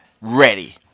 ready